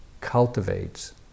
cultivates